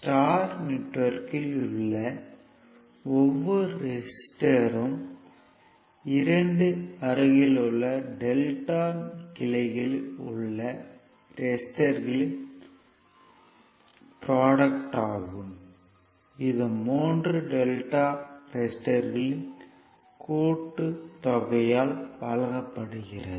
star நெட்வொர்க்கில் உள்ள ஒவ்வொரு ரெசிஸ்டர்யும் இரண்டு அருகிலுள்ள டெல்டா கிளைகளில் உள்ள ரெசிஸ்டர்களின் ப்ரோடுக்ட் ஆகும் இது மூன்று டெல்டா ரெசிஸ்டர்களின் கூட்டுத்தொகையால் வகுக்கப்படுகிறது